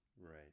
right